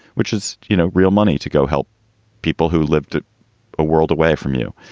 which is, you know, real money to go help people who lived at a world away from you.